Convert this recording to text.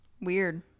Weird